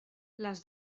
les